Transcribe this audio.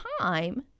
time